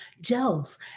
gels